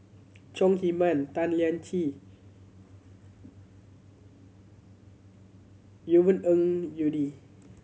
Chong Heman Tan Lian Chye Yvonne Ng Uhde